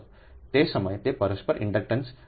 તે સમય તે પરસ્પર ઇન્ડક્ટન્સને પણ જોશે